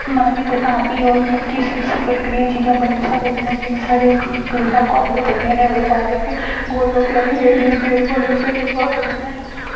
मना कीते दा ओह् तां बी कोई कनेही चीज़ां बड़ियां शैल लगदियां जियां घर गै बनाने आं ओह्दे बाद इक्क गोलगफ्पे आह्ली रेह्ड़ी औंदी ओह्दे गोलगफ्फे इन्ने सोआदले न